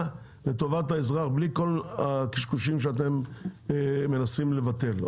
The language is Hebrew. לטובת האזרח בלי כל הקשקושים שאתם מנסים לבטל.